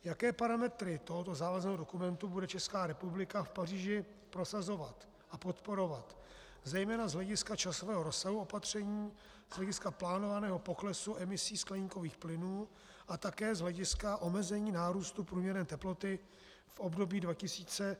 Jaké parametry tohoto závazného dokumentu bude Česká republika v Paříži prosazovat a podporovat, zejména z hlediska časového rozsahu opatření, z hlediska plánovaného poklesu emisí skleníkových plynů a také z hlediska omezení nárůstu průměrné teploty v období 2015 až 2100?